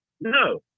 No